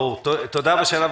תודה רבה.